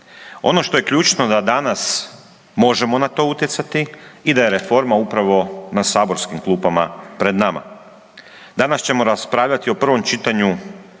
Ono što je ključno da danas možemo na to utjecati i da je reforma upravo na saborskim klupama pred nama. Danas ćemo raspravljati o prvom čitanju